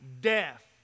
death